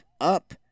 up